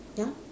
ya